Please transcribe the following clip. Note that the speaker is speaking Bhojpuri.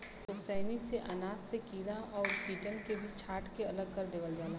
ओसैनी से अनाज से कीड़ा और कीटन के भी छांट के अलग कर देवल जाला